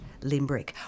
Limbrick